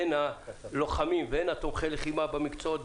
הן הלוחמים והן תומכי הלחימה במקצועות,